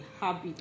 habit